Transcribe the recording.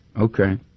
Okay